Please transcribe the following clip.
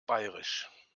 bairisch